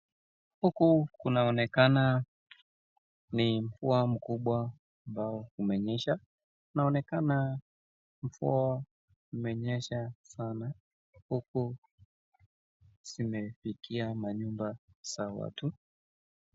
Huku kunaonekana ni mvua mkubwa ambao umenyesha. Inaonekana mvua imenyesha sana huku zimefikia manyumba za watu.